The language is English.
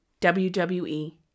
WWE